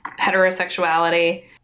heterosexuality